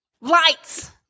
Lights